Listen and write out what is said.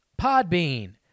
Podbean